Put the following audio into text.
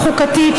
החוקתית,